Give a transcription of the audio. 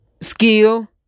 skill